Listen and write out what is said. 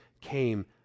came